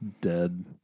dead